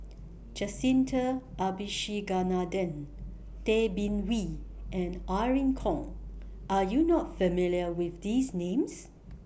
Jacintha Abisheganaden Tay Bin Wee and Irene Khong Are YOU not familiar with These Names